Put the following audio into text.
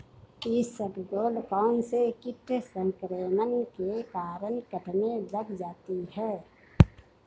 इसबगोल कौनसे कीट संक्रमण के कारण कटने लग जाती है?